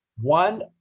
one